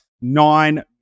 nine